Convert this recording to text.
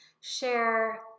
share